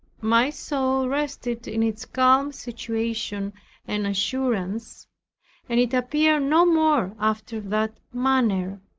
my soul rested in its calm situation and assurance, and it appeared no more after that manner.